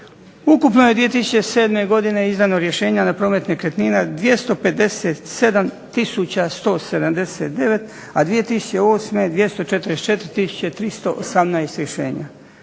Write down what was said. Ukupno je 2007. izdano rješenja na promet nekretnina 257 tisuća 179., a 2008. 244 tisuće 318 rješenja.